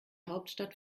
hauptstadt